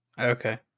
Okay